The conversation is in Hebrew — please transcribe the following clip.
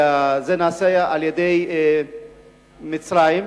זה נעשה על-ידי מצרים,